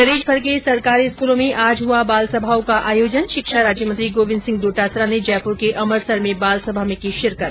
प्रदेशभर के सरकारी स्कूलों में आज हुआ बालसभाओं का आयोजन शिक्षा राज्यमंत्री गोविन्द सिंह डोटासरा ने जयपूर के अमरसर में बालसभा में की शिरकत